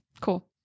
Cool